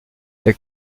les